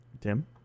Tim